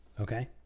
Okay